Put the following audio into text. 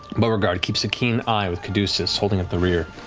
beauregard keeps a keen eye, with caduceus holding up the rear.